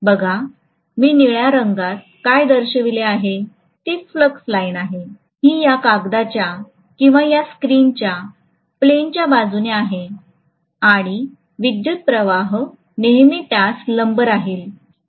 बघा मी निळ्या रंगात काय दर्शविले आहे ती फ्लक्स लाइन आहे ही या कागदाच्या किंवा या स्क्रीनच्या प्लेनच्या बाजूने आहे आणि विद्युत् प्रवाह नेहमी त्यास लंब राहील